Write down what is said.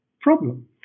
problem